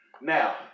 Now